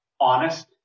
honest